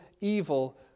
evil